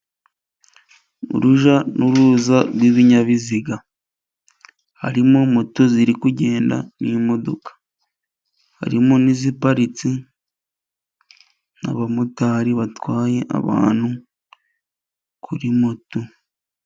Urujya n'uruza rw'ibinyabiziga, harimo moto ziri kugenda n'imodoka ,harimo n'iziparitse n'abamotari batwaye abantu kuri moto.